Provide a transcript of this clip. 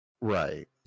Right